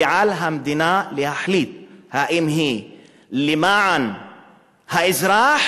ועל המדינה להחליט אם היא למען האזרח